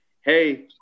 hey